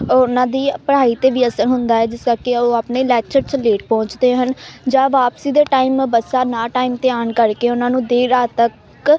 ਉਹਨਾਂ ਦੀ ਪੜ੍ਹਾਈ 'ਤੇ ਵੀ ਅਸਰ ਹੁੰਦਾ ਹੈ ਜਿਸ ਕਰਕੇ ਉਹ ਆਪਣੇ ਲੈਕਚਰ 'ਚ ਲੇਟ ਪਹੁੰਚਦੇ ਹਨ ਜਾਂ ਵਾਪਸੀ ਦੇ ਟਾਈਮ ਬੱਸਾਂ ਨਾ ਟਾਈਮ 'ਤੇ ਆਉਣ ਕਰਕੇ ਉਹਨਾਂ ਨੂੰ ਦੇਰ ਰਾਤ ਤੱਕ